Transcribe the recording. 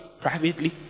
privately